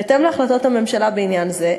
בהתאם להחלטת הממשלה בעניין זה,